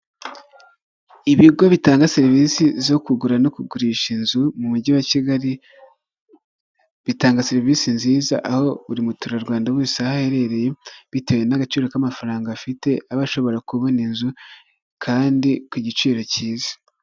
Utubati twiza dushyashya bari gusiga amarangi ukaba wadukoresha ubikamo ibintu yaba imyenda, ndetse n'imitako.